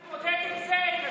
אתה תתמודד עם זה?